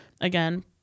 again